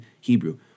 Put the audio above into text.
Hebrew